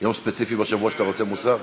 יום ספציפי בשבוע שאתה רוצה מוסר?